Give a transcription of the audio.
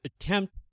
attempt